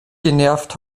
genervt